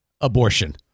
abortion